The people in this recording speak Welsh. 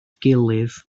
gilydd